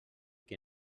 que